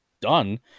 done